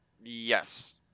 Yes